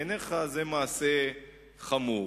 בעיניך זה מעשה חמור.